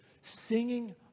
singing